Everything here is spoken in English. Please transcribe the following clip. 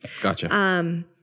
Gotcha